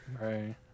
Right